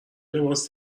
لباس